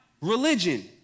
religion